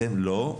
לא.